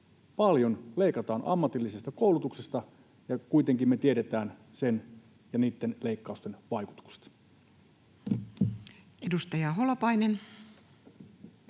paljon leikataan ammatillisesta koulutuksesta, vaikka kuitenkin me tiedetään sen ja niitten leikkausten vaikutukset. [Speech